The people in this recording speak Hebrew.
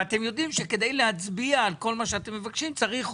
ואתם יודעים שכדי להצביע על כל מה שאתם מבקשים צריך רוב.